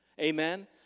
Amen